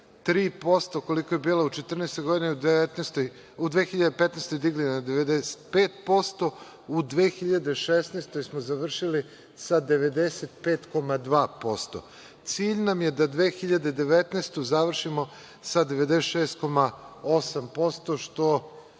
93%, koliko je bilo u 2014. godini, u 2015. godini digli na 95%, u 2016. smo završili sa 95,2%, a cilj nam je da 2019. završimo sa 96,8%, što